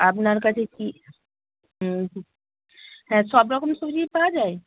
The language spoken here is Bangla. আপনার কাছে কি হুম হ্যাঁ সব রকম সবজিই পাওয়া যায়